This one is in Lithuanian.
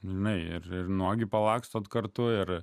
na ir nuogi palakstot kartu ir